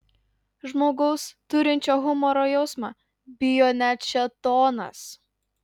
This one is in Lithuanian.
žmogaus turinčio humoro jausmą bijo net šėtonas